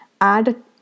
add